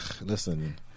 Listen